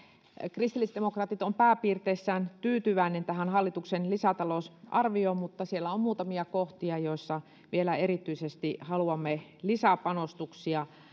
kristillisdemokraatit ovat pääpiirteissään tyytyväisiä tähän hallituksen lisätalousarvioon mutta siellä on muutamia kohtia joissa vielä erityisesti haluamme lisäpanostuksia